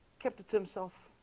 kept it to himself